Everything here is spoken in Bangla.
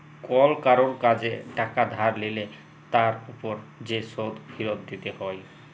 কল কারুর কাজে টাকা ধার লিলে তার উপর যে শোধ ফিরত দিতে হ্যয়